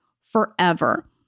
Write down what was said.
forever